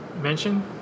mention